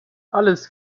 alles